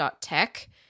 tech